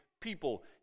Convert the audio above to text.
people